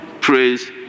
Praise